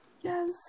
Yes